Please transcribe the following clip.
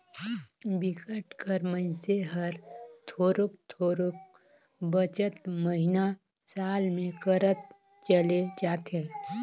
बिकट कर मइनसे हर थोरोक थोरोक बचत महिना, साल में करत चले जाथे